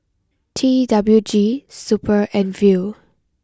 T W G super and Viu